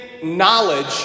knowledge